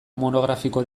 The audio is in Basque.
monografiko